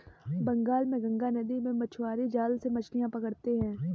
बंगाल में गंगा नदी में मछुआरे जाल से मछलियां पकड़ते हैं